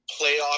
playoff